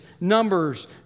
Numbers